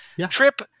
Trip